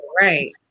right